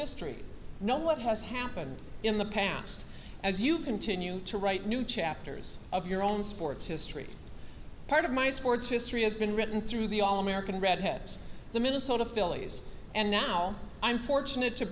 history know what has happened in the past as you continue to write new chapters of your own sports history part of my sports history has been written through the all american redheads the minnesota phillies and now i'm fortunate to